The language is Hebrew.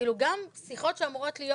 כאילו גם שיחות שאמורות להיות